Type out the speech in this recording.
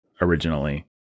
originally